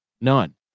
none